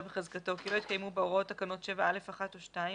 בחזקתו כי לא התקיימו בה הוראות תקנות 7(א)(1) או (2),